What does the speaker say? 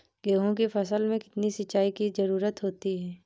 गेहूँ की फसल में कितनी सिंचाई की जरूरत होती है?